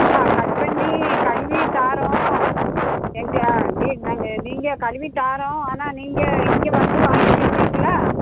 எம்மா கட் பண்ணி கழுவி தரோம் எங்கள் வீட் நாங்கள் நீங்கள் கழுவி தரோம் ஆனால் நீங்கள் இங்கே வந்து வாங்கிக்கிடுவீங்களா